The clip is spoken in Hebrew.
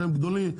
שהם גדולים,